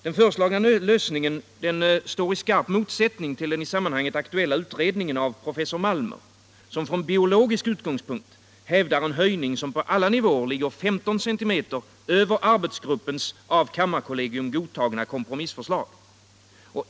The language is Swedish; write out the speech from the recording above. Den föreslagna lösningen står i skarp motsättning till den i sammanhanget aktuella utredningen av professor Malmer, som från biologisk utgångspunkt hävdar en höjning som på alla nivåer ligger 15 cm över arbetsgruppens av kammarkollegium godtagna kompromissförslag.